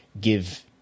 give